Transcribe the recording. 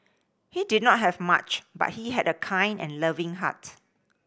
he did not have much but he had a kind and loving heart